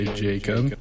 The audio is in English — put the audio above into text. jacob